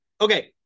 Okay